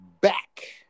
back